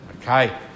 Okay